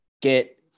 get